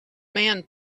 man